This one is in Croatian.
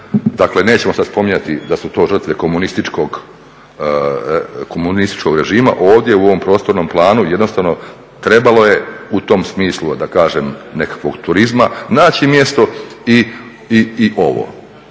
dakle nećemo sad spominjati da su to žrtve komunističkog režima. Ovdje u ovom prostornom planu jednostavno trebalo je u tom smislu da kažem nekakvog turizma naći mjesto i ovo